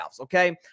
okay